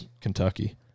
Kentucky